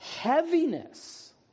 heaviness